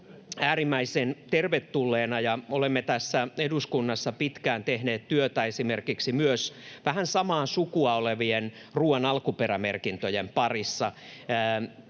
äärimmäisen tervetulleena, ja olemme eduskunnassa pitkään tehneet työtä esimerkiksi myös vähän samaa sukua olevien ruuan alkuperämerkintöjen parissa.